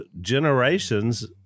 generations